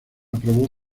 aprobó